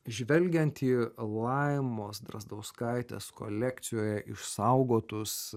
žvelgiant į aluajemos drazdauskaitės kolekcijoj išsaugotus